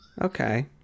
Okay